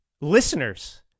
listeners